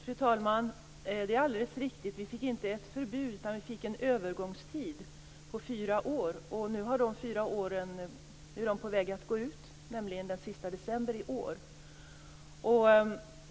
Fru talman! Det är alldeles riktigt. Vi fick inte ett förbud utan en övergångstid på fyra år, och nu håller de fyra åren på att gå ut. Det sker den sista december i år.